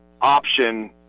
option